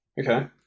Okay